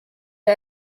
der